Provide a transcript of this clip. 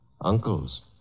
Uncles